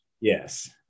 yes